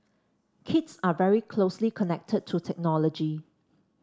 kids are very closely connected to technology